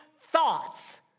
thoughts